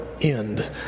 end